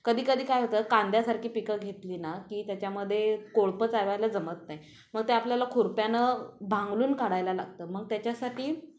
कधी कधी काय होतं कांद्यासारखी पिकं घेतली ना की त्याच्यामध्ये कोळपं चालवायला जमत नाही मग ते आपल्याला खुरप्यानं भांगलून काढायला लागतं मग त्याच्यासाठी